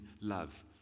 love